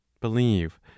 believe